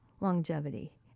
longevity